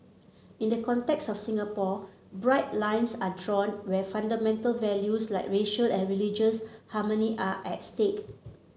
in the context of Singapore bright lines are drawn where fundamental values like racial and religious harmony are at stake